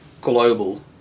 global